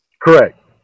Correct